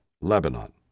Lebanon